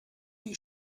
die